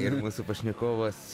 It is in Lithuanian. ir mūsų pašnekovas